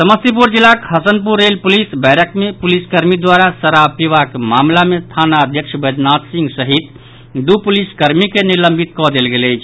समस्तीपुर जिलाक Hasanpur rail police barrack मे पुलिसकर्मी द्वारा शराब पीबाक मामिला मे थानाध्यक्ष बैद्यनाथ सिंह सहित दू पुलिसकर्मी के निलंबित कऽ देल गेल अछि